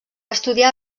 estudiar